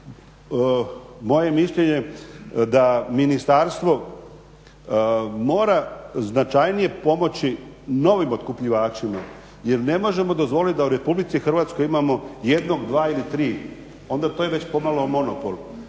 je mišljenje da ministarstvo mora značajnije pomoći novim otkupljivačima jer ne možemo dozvoliti da u RH imamo jednog, dva ili tri, onda to je već pomalo monopol.